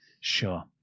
Sure